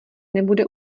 nebude